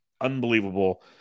unbelievable